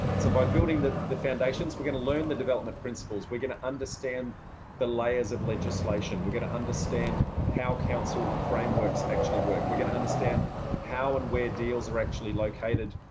so by building the the foundations, we're going to learn the development principles, we're going to understand the layers of legislation, we're going to understand how council frameworks actually work. we're going to understand how and where deals are actually located,